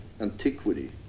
Antiquity